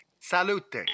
Salute